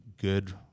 good